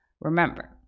Remember